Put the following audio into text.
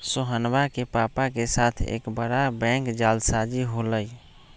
सोहनवा के पापा के साथ एक बड़ा बैंक जालसाजी हो लय